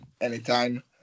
Anytime